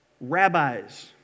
rabbis